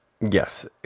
Yes